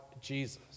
Jesus